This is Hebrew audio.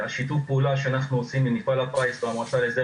שיתוף הפעולה שאנחנו עושים עם מפעל הפיס והמועצה להסדר